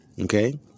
Okay